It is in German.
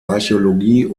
archäologie